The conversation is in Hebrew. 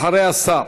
אחרי השר.